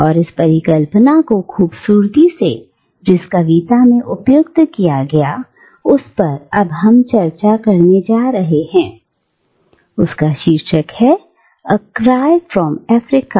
और इस परिकल्पना को खूबसूरती से जिस कविता में उपयुक्त किया गया उस पर अब हम चर्चा करने जा रहे हैं उसका शीर्षक है " ए क्राय फ्रॉम अफ्रीका"